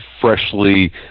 freshly